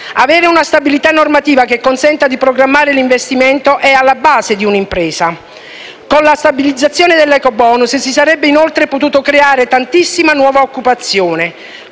Avere una stabilità normativa che consenta di programmare l'investimento è alla base di un'impresa. Con la stabilizzazione dell'ecobonus si sarebbe inoltre potuta creare tantissima nuova occupazione.